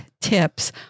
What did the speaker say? tips